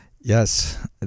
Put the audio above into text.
Yes